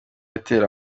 atera